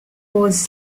was